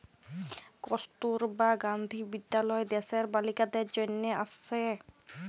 কস্তুরবা গান্ধী বিদ্যালয় দ্যাশের বালিকাদের জনহে আসে